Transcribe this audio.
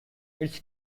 its